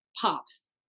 pops